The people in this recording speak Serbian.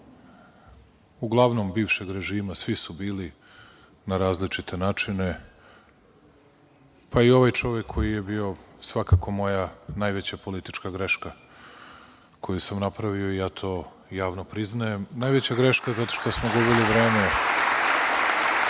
uglavnom bivšeg režima, svi su bili na različite načine, pa i ovaj čovek koji je bio svakako moja najveća politička greška koju sam napravio i ja to javno priznajem. Najveća greška zato što smo gubili vreme. Kao